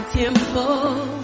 temple